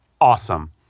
awesome